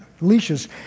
leashes